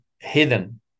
hidden